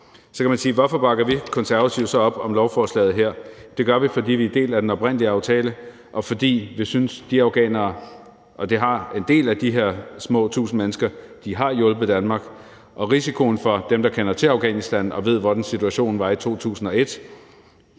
Så kan man sige: Hvorfor bakker vi Konservative så op om lovforslaget her? Det gør vi, fordi vi deler den oprindelige aftale, og fordi vi synes, at de afghanere – og det gælder en del af de her små tusind mennesker – har hjulpet Danmark og på grund af risikoen for dem. Det ved dem, der kender til Afghanistan, og ved, hvordan situationen var i 2001.